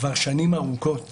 כבר שנים ארוכות